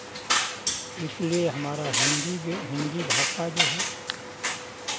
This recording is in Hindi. इसलिए हमारा हिन्दू जे हिन्दी भाषा जो है